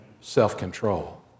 self-control